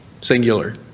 Singular